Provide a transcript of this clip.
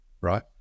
right